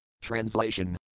Translation